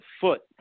foot